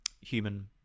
human